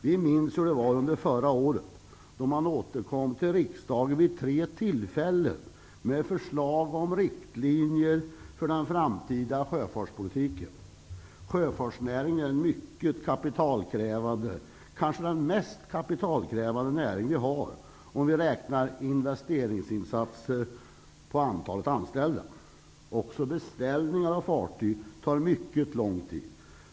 Vi minns hur det var under förra året då regeringen återkom till riksdagen vid tre tillfällen med förslag om riktlinjer för den framtida sjöfartspolitiken. Sjöfartsnäringen är mycket kapitalkrävande, kanske den mest kapitalkrävande näring som vi har, om vi räknar investeringsinsatser på antalet anställda. Också beställningar av fartyg tar mycket lång tid.